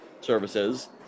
services